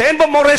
שאין בו מורשת,